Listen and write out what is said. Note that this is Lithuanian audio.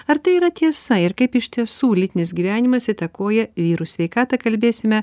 ar tai yra tiesa ir kaip iš tiesų lytinis gyvenimas įtakoja vyrų sveikatą kalbėsime